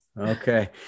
Okay